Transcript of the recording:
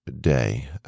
day